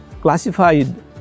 classified